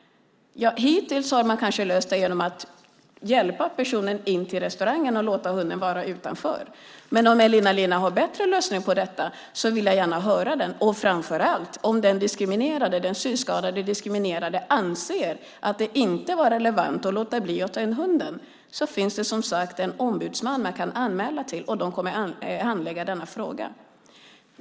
Hittills har man kanske löst detta genom att hjälpa personen in på restaurangen och låta hunden vara utanför. Men om Elina Linna har en bättre lösning på detta vill jag gärna höra den, och, framför allt, om den synskadade som är diskriminerad anser att det inte var relevant att låta bli att ta in hunden finns det som sagt en ombudsman som man kan anmäla detta till och som kommer att handlägga denna fråga.